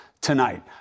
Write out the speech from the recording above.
tonight